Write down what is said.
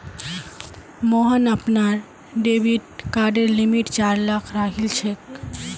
मोहन अपनार डेबिट कार्डेर लिमिट चार लाख राखिलछेक